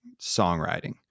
songwriting